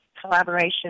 collaboration